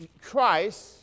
Christ